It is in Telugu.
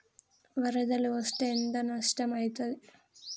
వరదలు వస్తే ఎంత నష్టం ఐతది?